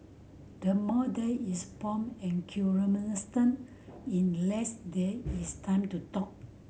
the more there is pomp and in less there is time to talk